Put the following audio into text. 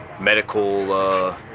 medical